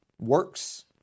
works